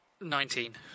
nineteen